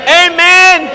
amen